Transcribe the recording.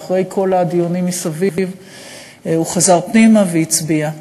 ואחרי כל הדיונים מסביב הוא חזר פנימה והצביע,